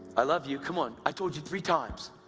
i love you. come on, i told you three times!